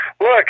look